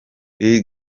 iyi